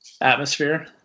atmosphere